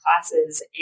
classes